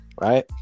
right